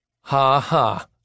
Ha-ha